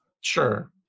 Sure